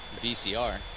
VCR